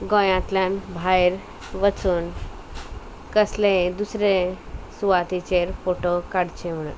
गोंयांतल्यान भायर वचून कसलेय दुसरे सुवातेचेर फोटो काडचे म्हणून